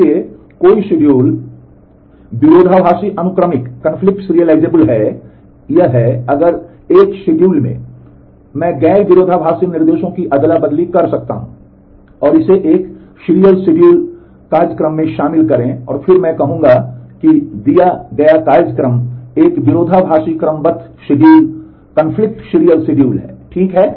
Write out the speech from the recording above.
इसलिए यदि कोई शेड्यूल विरोधाभासी अनुक्रमिक है ठीक है